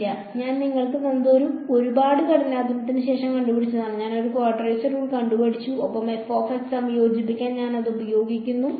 ഇല്ല ഞാൻ നിങ്ങൾക്ക് തന്നത് ഞാൻ ഒരുപാട് കഠിനാധ്വാനത്തിന് ശേഷം കണ്ടുപിടിച്ചതാണ് ഞാൻ ഒരു ക്വാഡ്രേച്ചർ റൂൾ കണ്ടുപിടിച്ചു ഒപ്പം സംയോജിപ്പിക്കാൻ ഞാൻ അത് ഉപയോഗിക്കുന്നു